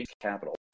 capital